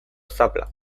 zapla